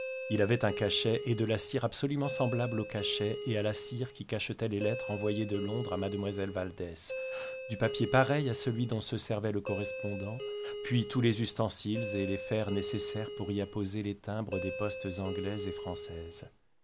il avait un cachet et de la cire absolument semblables au cachet et à la cire qui cachetaient les lettres envoyées de londres à mademoiselle valdès du papier pareil à celui dont se servait le correspondant puis tous les ustensiles et les fers nécessaires pour y apposer les timbres des postes anglaise et française